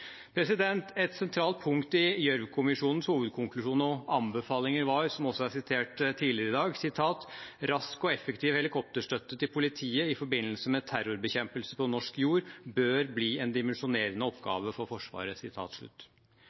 Et sentralt punkt i Gjørv-kommisjonens hovedkonklusjon og anbefalinger var, som også er sitert tidligere i dag: «Rask og effektiv helikopterstøtte til politiet i forbindelse med terrorbekjempelse på norsk jord bør bli en dimensjonerende oppgave for Forsvaret.»